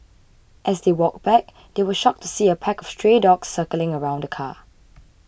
as they walked back they were shocked to see a pack of stray dogs circling around the car